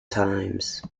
times